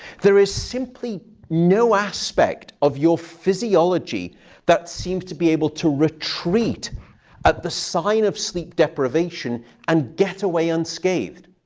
there is simply no aspect of your physiology that seems to be able to retreat at the sign of sleep deprivation and get away unscathed.